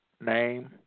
name